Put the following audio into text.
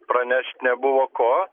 pranešt nebuvo ko